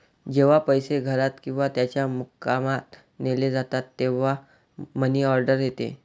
जेव्हा पैसे घरात किंवा त्याच्या मुक्कामात नेले जातात तेव्हा मनी ऑर्डर येते